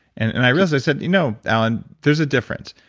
and and i realized, i said, you know, alan there's a difference.